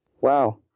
Wow